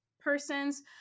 persons